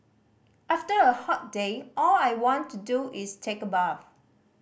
after a hot day all I want to do is take a bath